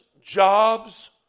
jobs